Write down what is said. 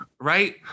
right